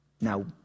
Now